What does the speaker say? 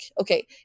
okay